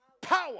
power